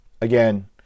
again